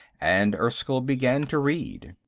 and erskyll began to read.